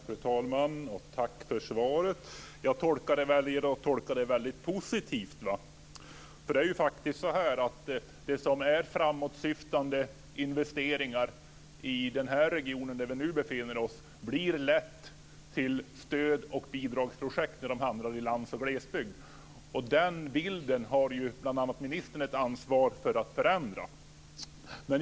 Fru talman! Tack för svaret. Jag väljer att tolka svaret positivt. Framåtsyftande investeringar i den region vi nu befinner oss i blir lätt till stöd och bidragsprojekt när de görs i lands och glesbygd. Den bilden har ministern ett ansvar att förändra.